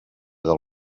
del